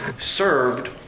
served